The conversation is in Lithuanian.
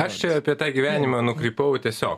aš čia apie tą gyvenimą nukrypau tiesiog